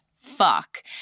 fuck